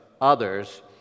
others